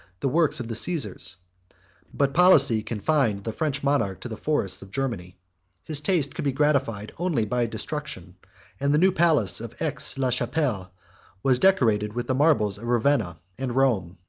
the works of the caesars but policy confined the french monarch to the forests of germany his taste could be gratified only by destruction and the new palace of aix la chapelle was decorated with the marbles of ravenna and rome.